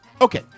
Okay